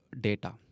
data